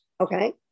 Okay